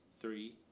three